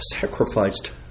sacrificed